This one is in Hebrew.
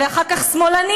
ואחר כך שמאלנים,